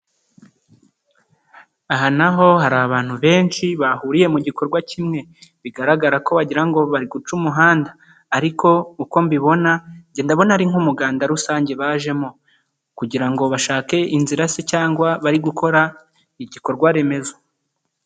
Aha naho hari abantu benshi, bahuriye mu gikorwa kimwe. Bigaragara ko wagira bari guca umuhanda ariko uko mbibona, nge ndabona ari nk'umuganda rusange bajemo kugira ngo bashake inzira se cyangwa bari gukora igikorwaremezo.